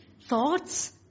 thoughts